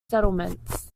settlements